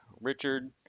richard